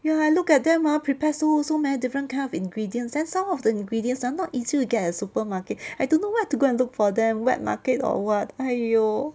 ya I look at them ah prepare so so many different kind of ingredients then some of the ingredients are not easy to get at supermarket I don't know where to go and look for them wet market or what !aiyo!